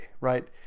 right